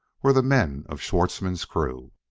were the men of schwartzmann's crew.